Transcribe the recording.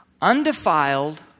undefiled